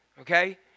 okay